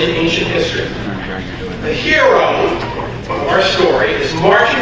ancient history the hero of our story is marching to